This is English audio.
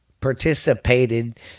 participated